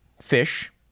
fish